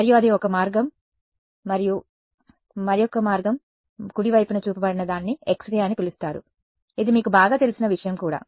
మరియు అది ఒక మార్గం మరియు మరొక మార్గం కుడి వైపున చూపబడిన దానిని X రే అని పిలుస్తారు ఇది మీకు బాగా తెలిసిన విషయం కూడా